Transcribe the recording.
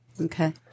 Okay